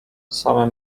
some